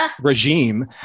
regime